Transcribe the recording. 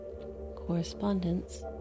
Correspondence